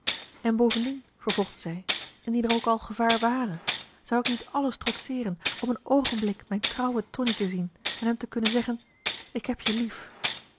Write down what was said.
en bovendien vervolgde zij indien er ook al gevaar marcellus emants een drietal novellen ware zou ik niet alles trotseeren om een oogenblik mijn trouwen tonie te zien en hem te kunnen zeggen ik heb je lief